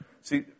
See